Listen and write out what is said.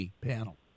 panel